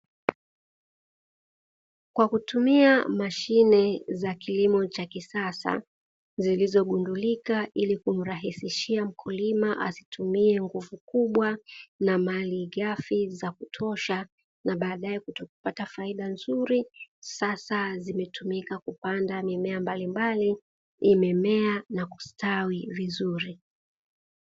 Kwa kutumia mashine za kilimo cha kisasa zilizogundulika ili kumrahisishia mkulima asitumie nguvu kubwa na malighafi za kutosha na baadae kutokupata faida nzuri, sasa zimetumika kupanda mimea mbalimbali imemea na kustawi vizuri.